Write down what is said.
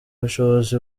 bushobozi